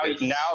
now